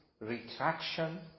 retraction